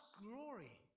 glory